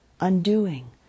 undoing